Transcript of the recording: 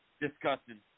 Disgusting